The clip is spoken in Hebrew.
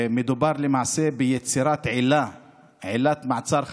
מדובר למעשה ביצירת עילת מעצר חדשה.